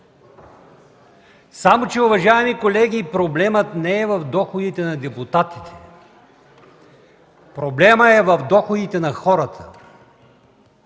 Само че, уважаеми колеги, проблемът не е в доходите на депутатите, проблемът е в доходите на хората.